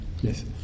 Yes